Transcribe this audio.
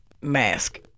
mask